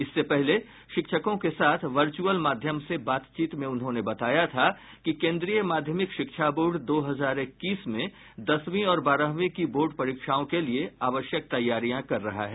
इससे पहले शिक्षकों के साथ वर्चुअल माध्यम से बातचीत में उन्होंने बताया था कि केन्द्रीय माध्यमिक शिक्षा बोर्ड दो हजार इक्कीस में दसवीं और बारहवीं की बोर्ड परीक्षाओं के लिए आवश्यक तैयारियां कर रहा है